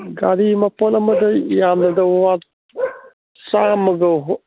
ꯒꯥꯔꯤ ꯃꯄꯣꯠ ꯑꯃꯗ ꯌꯥꯝꯃꯕꯗ ꯋꯥ ꯆꯥꯝꯃꯒ